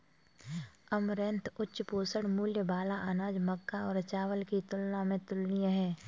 amaranth उच्च पोषण मूल्य वाला अनाज मक्का और चावल की तुलना में तुलनीय है